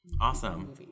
awesome